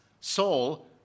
Saul